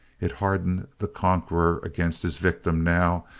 it hardened the conqueror against his victim, now,